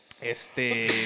Este